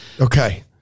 Okay